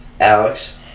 Alex